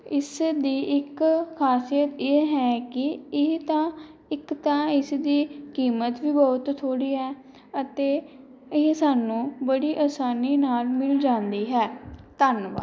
ਇਸ ਦੀ ਇੱਕ ਖਾਸੀਅਤ ਇਹ ਹੈ ਕਿ ਇਹ ਤਾਂ ਇੱਕ ਤਾਂ ਇਸਦੀ ਕੀਮਤ ਵੀ ਬਹੁਤ ਥੋੜ੍ਹੀ ਹੈ ਅਤੇ ਇਹ ਸਾਨੂੰ ਬੜੀ ਆਸਾਨੀ ਨਾਲ ਮਿਲ ਜਾਂਦੀ ਹੈ ਧੰਨਵਾਦ